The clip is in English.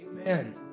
Amen